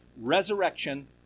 Resurrection